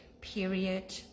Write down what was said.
period